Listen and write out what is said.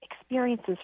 experiences